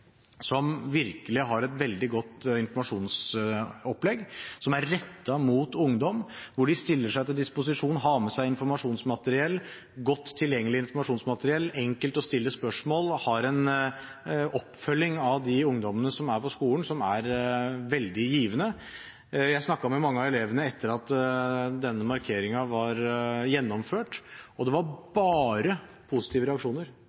som virkelig har et veldig godt informasjonsopplegg rettet mot ungdom. De stiller seg til disposisjon, de har med seg godt tilgjengelig informasjonsmateriell, det er enkelt å stille spørsmål, og de har en oppfølging av de ungdommene som er på skolen, som er veldig givende. Jeg snakket med mange av elevene etter at denne markeringen var gjennomført, og det var bare positive reaksjoner.